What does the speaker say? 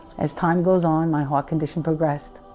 as time goes on my heart condition, progressed